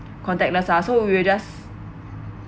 contactless ah so we will just